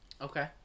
Okay